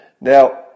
Now